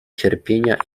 cierpienia